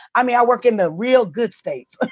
i mean, i worked in the real good states.